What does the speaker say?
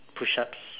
push ups